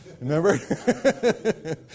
Remember